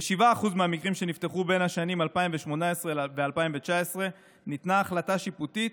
ב-7% מהמקרים שנפתחו בין 2018 ל-2019 ניתנה החלטה שיפוטית,